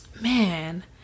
man